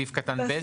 בסעיף קטן (ב)?